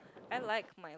I like my